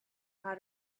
how